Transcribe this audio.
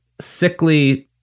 sickly